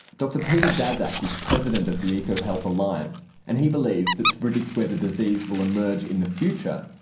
dr peter daszak is president of the ecohealth alliance and he believes that to predict where the disease will emerge in the future,